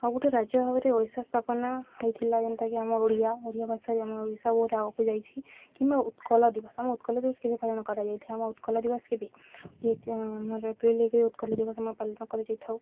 ଆଉ ଗୋଟେ ରାଜ୍ୟ ଭାବରେ ଓଡ଼ିଶା ସ୍ଥାପନା ହେଇଥିଲା ଯେନ୍ତାକି ଆମ ଓଡ଼ିଆ ଓଡ଼ିଆ ଭାଷାରେ ଆମ ଓଡ଼ିଶା ବହୁତ ଆଗକୁ ଯାଇଛି କିମ୍ବା ଉତ୍କଳ ଦିବସ ଆମ ଉତ୍କଳ ଦିବସ କେବେ ପାଳନ କରାଯାଇଥାଏ ଆମ ଉତ୍କଳ ଦିବସ କେବେ ବି ଆମର ଏପ୍ରିଲରେ ଉତ୍କଳ ଦିବସ ଆମ ପାଳନ କରାଯାଇଥାଉ